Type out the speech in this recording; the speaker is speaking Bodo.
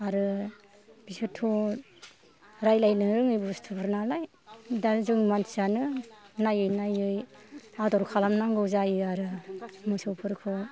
आरो बिसोरथ' रायलायनो रोङै बुस्थुफोर नालाय दा जों मानसियानो नायै नायै आदर खालामनांगौ जायो आरो मोसौफोरखौ